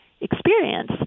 experience